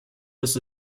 was